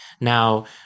Now